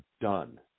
done